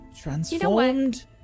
transformed